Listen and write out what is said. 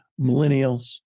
millennials